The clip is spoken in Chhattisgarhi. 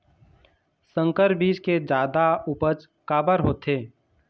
संकर बीज के जादा उपज काबर होथे?